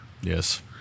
Yes